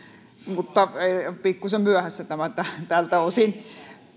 pikkuisen myöhässä tämä tältä osin